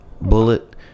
bullet